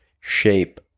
shape